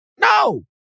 No